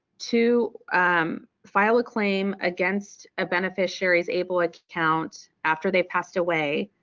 to file a claim against a beneficiary's able account, after they passed away,